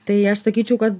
tai aš sakyčiau kad